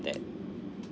that